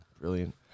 Brilliant